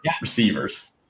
receivers